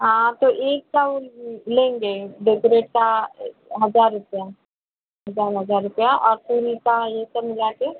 हाँ तो एक का वह लेंगे डेकोरेट का हज़ार रुपया हज़ार हज़ार रुपया और फूल का यह सब मिला कर